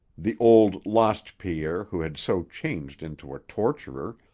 the old lost pierre who had so changed into a torturer,